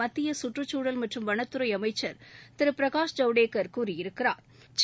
மத்திய சுற்றுச்சூழல் மற்றும் வனத்துறை அமைச்சா் திரு பிரகாஷ் ஜவ்டேகா் கூறியிருக்கிறாா்